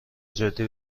جدی